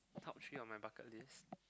top three on my bucket list